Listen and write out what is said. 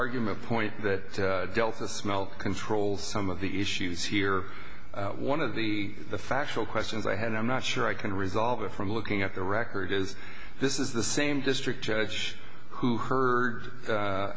argument point that delta smell control some of the issues here one of the factual questions i had i'm not sure i can resolve it from looking at the record is this is the same district judge who heard